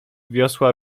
wiosła